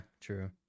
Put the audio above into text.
true